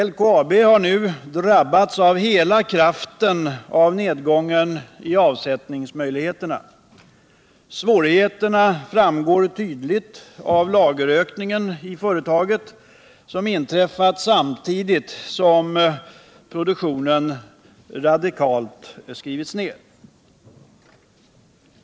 LKAB har nu drabbats av hela kraften av nedgången i avsättningsmöjligheterna. Svårigheterna framgår tydligt av lagerökningen i företaget som har inträffat samtidigt som produktionen radikalt har skurits ned.